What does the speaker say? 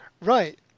right